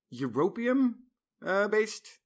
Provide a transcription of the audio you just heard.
europium-based